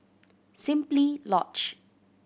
Simply Lodge